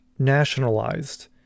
Nationalized